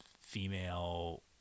female